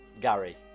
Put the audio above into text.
Gary